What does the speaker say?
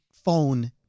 phone